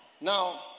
Now